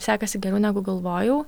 sekasi geriau negu galvojau